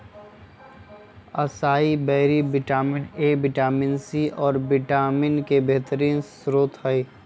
असाई बैरी vitamin A, vitamin C, और vitamin E के बेहतरीन स्त्रोत हई